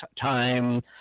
time